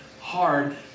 hard